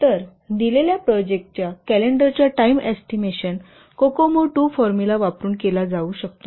तर दिलेल्या प्रोजेक्टच्या कॅलेंडरच्या टाइम एस्टिमेशन COCOMO 2 फॉर्मुला वापरून केला जाऊ शकतो